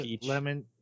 lemon